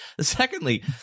Secondly